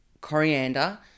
coriander